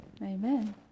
amen